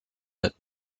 that